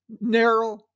narrow